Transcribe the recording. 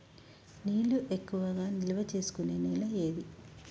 నీళ్లు ఎక్కువగా నిల్వ చేసుకునే నేల ఏది?